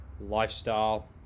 lifestyle